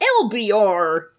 LBR